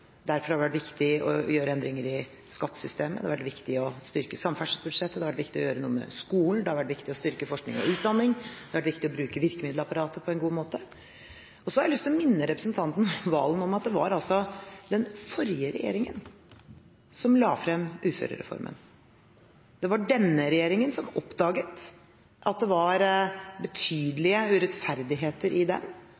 Derfor har det vært viktig å gjøre endringer i skattesystemet, det har vært viktig å styrke samferdselsbudsjettet, det har vært viktig å gjøre noe med skolen, det har vært viktig å styrke forskning og utdanning, og det har vært viktig å bruke virkemiddelapparatet på en god måte. Så har jeg lyst til å minne representanten Valen om at det var den forrige regjeringen som la frem uførereformen. Det var denne regjeringen som oppdaget at det var